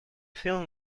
film